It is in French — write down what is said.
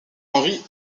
henri